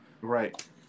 Right